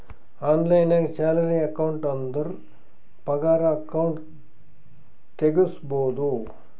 online ನಾಗ್ salary account ಅಂದುರ್ ಪಗಾರ ಅಕೌಂಟ್ ತೆಗುಸ್ಬೋದು